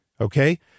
okay